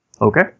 Okay